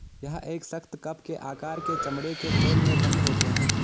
यह एक सख्त, कप के आकार के चमड़े के खोल में बन्द होते हैं